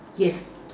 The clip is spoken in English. yes